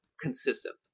consistent